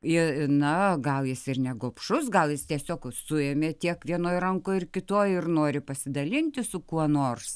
ir na gal jis ir negobšus gal jis tiesiog suėmė tiek vienoj rankoj ir kitoj ir nori pasidalinti su kuo nors